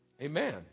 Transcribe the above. Amen